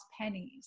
pennies